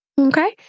Okay